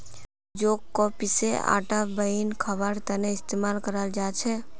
जौ क पीसे आटा बनई खबार त न इस्तमाल कराल जा छेक